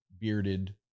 bearded